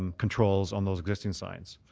and controls on those existing signs.